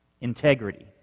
Integrity